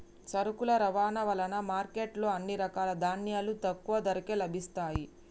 సరుకుల రవాణా వలన మార్కెట్ లో అన్ని రకాల ధాన్యాలు తక్కువ ధరకే లభిస్తయ్యి